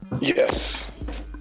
Yes